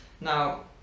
Now